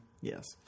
yes